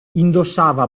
indossava